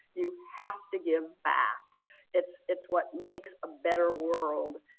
you have to give back it's it's what makes a better world,